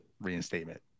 reinstatement